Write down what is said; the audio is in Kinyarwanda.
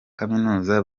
kaminuza